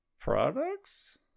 products